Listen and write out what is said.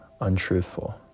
untruthful